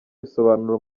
bisobanura